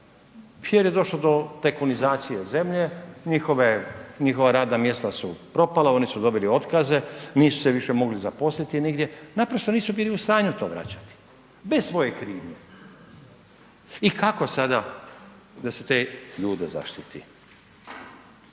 jer je došlo do tajkunizacije zemlje, njihove, njihova radna mjesta su propala, oni su dobili otkaze, nisu se više mogli zaposliti nigdje, naprosto nisu bili u stanju to vraćati, bez svoje krivnje. I kako sada da se te ljude zaštiti?